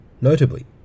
Notably